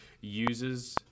uses